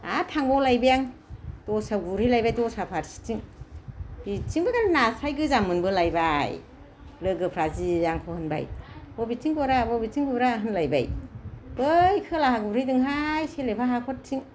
आरो थांबावलायबाय आं दस्रायाव गुरहैलायबाय दस्रा फारसेथिं बिथिंबो नास्राय गोजा मोनबोलायबाय लोगोफ्रा जि आंखौ होनबाय बबेथिं गुरा बबेथिं गुरा होनलायबाय बै खोलाहा गुरैदोंहाय सेलेफा हाख'रथिं